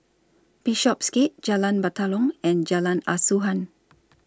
Bishopsgate Jalan Batalong and Jalan Asuhan